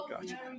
Gotcha